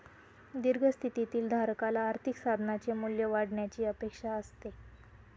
दीर्घ स्थितीतील धारकाला आर्थिक साधनाचे मूल्य वाढण्याची अपेक्षा असते